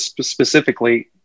specifically